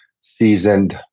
seasoned